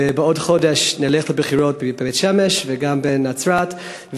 ובעוד חודש נלך לבחירות בבית-שמש וגם בנצרת,